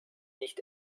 nicht